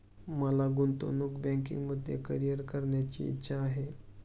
मला गुंतवणूक बँकिंगमध्ये करीअर करण्याची इच्छा आहे